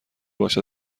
باش